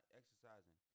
exercising